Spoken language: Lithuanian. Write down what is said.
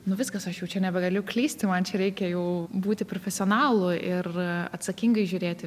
nu viskas aš jau čia nebegaliu klysti man čia reikia jau būti profesionalu ir atsakingai žiūrėti